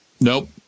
nope